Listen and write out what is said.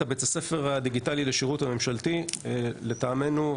הבית-ספר הדיגיטלי לשירות הממשלתי לטעמנו,